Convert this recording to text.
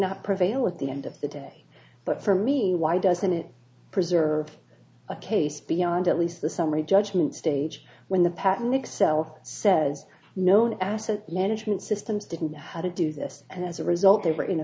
not prevail at the end of the day but for me why doesn't it preserve a case beyond at least the summary judgment stage when the patent excel says known asset management systems didn't know how to do this and as a result they were in